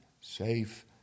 safe